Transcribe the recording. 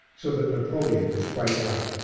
so that napoleon was quite right.